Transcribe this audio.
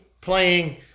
playing –